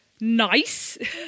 nice